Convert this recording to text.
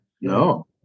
No